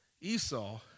Esau